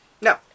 No